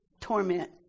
torment